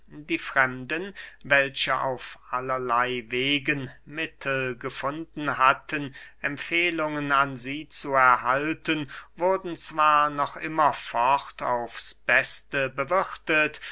die fremden welche auf allerley wegen mittel gefunden hatten empfehlungen an sie zu erhalten wurden zwar noch immerfort aufs beste bewirthet